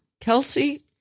Kelsey